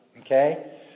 okay